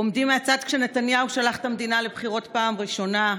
עומדים מהצד כשנתניהו שלח את המדינה לבחירות פעם ראשונה,